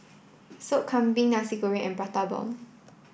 Sop Kambing Nasi Goreng and Prata Bomb